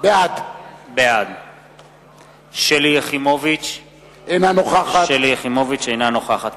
בעד שלי יחימוביץ, אינה נוכחת משה יעלון,